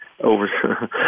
over